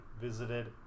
visited